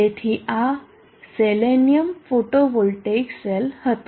તેથી આ selenium photovoltaic cell હતો